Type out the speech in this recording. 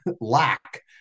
lack